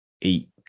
eat